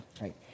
Right